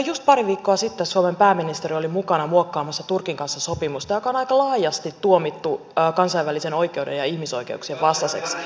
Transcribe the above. just pari viikkoa sitten suomen pääministeri oli mukana muokkaamassa turkin kanssa sopimusta joka on aika laajasti tuomittu kansainvälisen oikeuden ja ihmisoikeuksien vastaiseksi